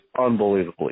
unbelievably